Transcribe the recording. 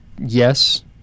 Yes